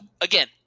again